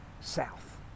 south